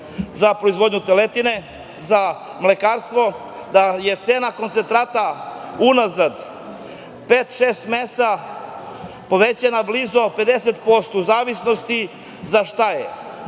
za proizvodnju teletine, za mlekarstvo, da je cena koncentrata unazad pet, šest meseci poveća blizu za 50% u zavisnosti za šta je.